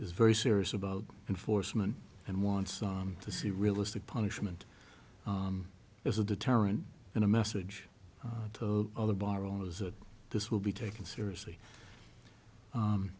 is very serious about enforcement and wants to see realistic punishment as a deterrent and a message to other bar owners that this will be taken seriously